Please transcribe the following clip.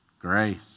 grace